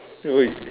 wait